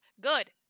good